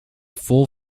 full